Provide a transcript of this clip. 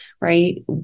Right